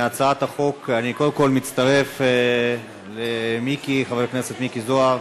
אני קודם כול מצטרף לחבר הכנסת מיקי זוהר,